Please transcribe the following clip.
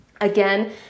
Again